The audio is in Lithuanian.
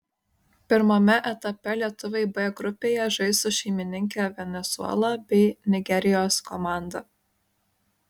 pirmame etape lietuviai b grupėje žais su šeimininke venesuela bei nigerijos komanda